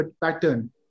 pattern